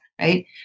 right